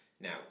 Now